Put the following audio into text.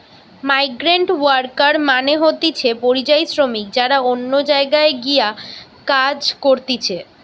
migrant worker মানে হতিছে পরিযায়ী শ্রমিক যারা অন্য জায়গায় গিয়ে কাজ করতিছে